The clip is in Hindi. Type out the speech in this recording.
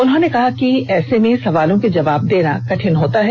उन्होंने कहा कि ऐसे में सवालों के जवाब देना कठिन होता है